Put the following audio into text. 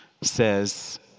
says